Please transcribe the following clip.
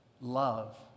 Love